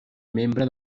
membre